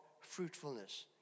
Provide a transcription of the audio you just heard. fruitfulness